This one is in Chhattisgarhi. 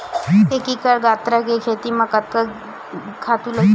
एक एकड़ गन्ना के खेती म कतका खातु लगही?